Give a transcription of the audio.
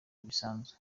bisanzwe